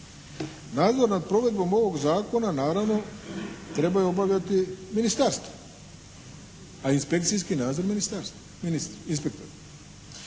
Nadzor nad provedbom ovog zakona naravno trebaju obavljati ministarstva. A inspekcijski nadzor ministarstva. Ministri,